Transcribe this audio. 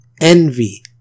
Envy